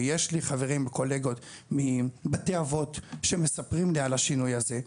ויש לי חברים קולגות מבתי אבות שמספרים לי על השינוי הזה,